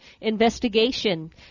investigation